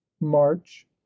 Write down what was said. March